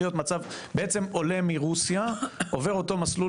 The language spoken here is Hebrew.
בעצם עולה מרוסיה עובר את אותו מסלול